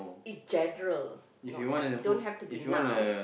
in general not have don't have to be now